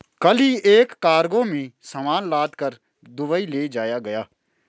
कल ही एक कार्गो में सामान लादकर दुबई ले जाया गया